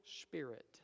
spirit